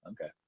okay